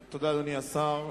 תודה, אדוני השר.